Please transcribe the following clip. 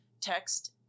text